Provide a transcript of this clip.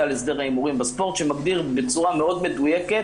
להסדר ההימורים בספורט שמגדיר בצורה מאוד מדויקת